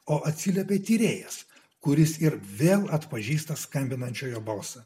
o atsiliepė tyrėjas kuris ir vėl atpažįsta skambinančiojo balsą